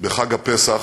בחג הפסח,